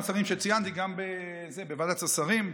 השרים שציינתי גם בוועדת השרים.